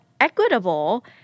equitable